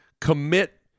commit